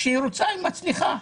כשהיא רוצה היא מצליחה.